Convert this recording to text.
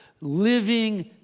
Living